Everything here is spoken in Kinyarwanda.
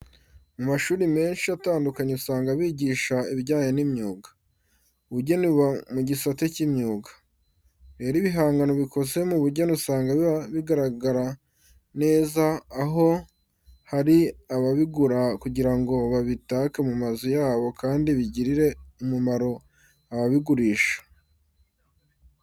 Mu mashuri menshi atandukanye, usanga bigisha ibijyanye n'imyuga. Ubugeni buba mu gisata cy'imyuga. Rero, ibihangano bikoze mu bugeni usanga biba bigaragara neza, aho hari ababigura kugira ngo babitake mu mazu yabo kandi bigirira umumaro ababigurisha.